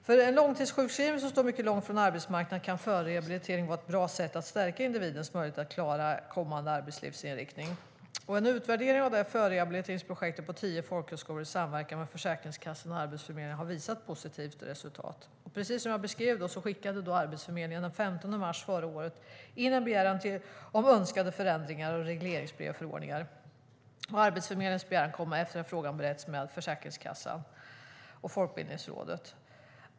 För en långtidssjukskriven som står mycket långt från arbetsmarknaden kan förrehabilitering vara ett bra sätt att stärka individens möjligheter att klara en kommande arbetslivsinriktning. En utvärdering av detta förrehabiliteringsprojekt på tio folkhögskolor i samverkan med Försäkringskassan och Arbetsförmedlingen har visat positivt resultat. Precis som jag beskrev det skickade Arbetsförmedlingen den 15 mars förra året in en begäran om önskade förändringar i regleringsbrev och förordningar. Arbetsförmedlingens begäran kom efter en fråga från Försäkringskassan och Folkbildningsrådet.